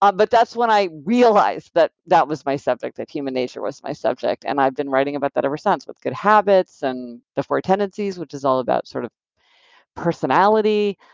um but that's when i realize that that was my subject, that human nature was my subject, and i've been writing about that ever since, about good habits and the four tendencies, which is all about sort of personality,